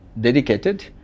dedicated